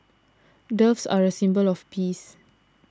doves are a symbol of peace